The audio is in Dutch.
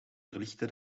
verlichtte